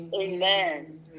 Amen